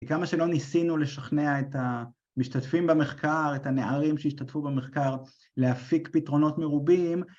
כמה שלא ניסינו לשכנע את המשתתפים במחקר, את הנערים שהשתתפו במחקר להפיק פתרונות מרובים